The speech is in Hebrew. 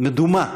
מדומה